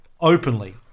openly